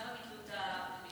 למה ביטלו את המגבלה הזאת?